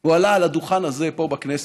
הוא עלה על הדוכן הזה פה, בכנסת,